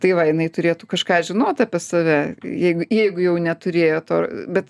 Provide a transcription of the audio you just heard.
tai va jinai turėtų kažką žinot apie save jeigu jeigu jau neturėjo to bet